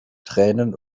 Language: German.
tränen